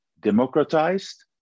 democratized